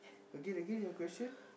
again again your question